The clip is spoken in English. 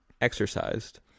exercised